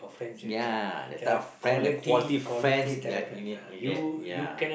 ya that type of friend the quality friends you need you that ya